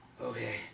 okay